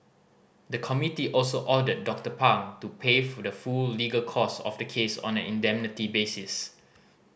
the committee also ordered Doctor Pang to pay full the full legal cost of the case on an indemnity basis